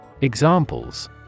Examples